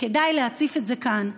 וכדאי להציף את זה כאן.